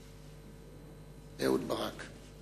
אהוד ברק.